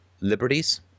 liberties